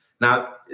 Now